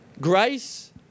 Grace